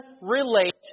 relate